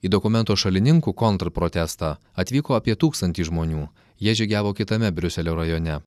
į dokumento šalininkų kontrprotestą atvyko apie tūkstantį žmonių jie žygiavo kitame briuselio rajone